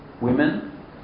women